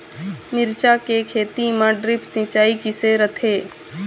मिरचा के खेती म ड्रिप सिचाई किसे रथे?